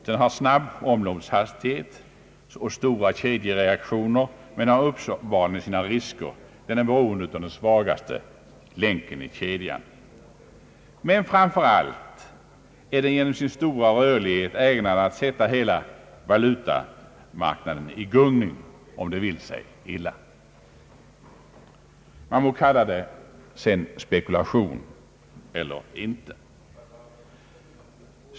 Den har en snabb omloppstid och stora kedjereaktioner men har uppenbarligen sina risker; den är beroende av den svagaste länken i kedjan. Men framför allt är den genom sin stora rörlighet ägnad att sätta hela valutamarknaden i gungning om det vill sig illa. Man må sedan kalla det spekulation eller inte.